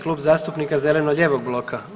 Klub zastupnika zeleno-lijevog bloka.